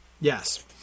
Yes